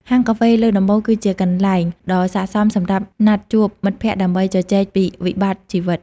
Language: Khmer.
ហាងកាហ្វេលើដំបូលគឺជាកន្លែងដ៏ស័ក្តិសមសម្រាប់ណាត់ជួបមិត្តភក្តិដើម្បីជជែកពីវិបត្តិជីវិត។